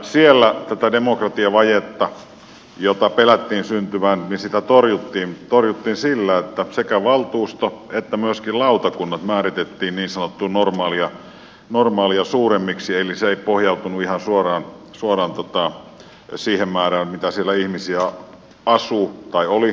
siellä tätä demokratiavajetta jota pelättiin syntyvän torjuttiin sillä että sekä valtuusto että myöskin lautakunnat määritettiin niin sanotusti normaalia suuremmiksi eli se ei pohjautunut ihan suoraan siihen määrään mitä siellä ihmisiä oli kunnissa